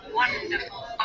wonderful